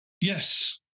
yes